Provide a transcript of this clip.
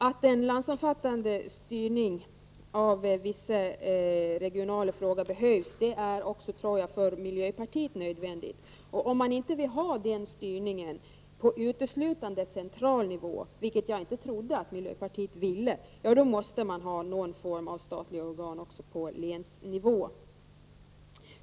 Att en landsomfattande styrning av vissa regionala frågor behövs, tror jag även att miljöpartiet instämmer i. Om man inte vill ha den styrningen på uteslutande central nivå, vilket jag inte trodde att miljöpartiet ville, måste man ha någon form av statliga organ även på länsnivå.